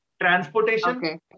transportation